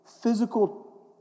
physical